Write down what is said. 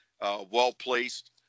well-placed